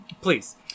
please